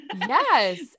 Yes